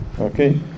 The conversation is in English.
Okay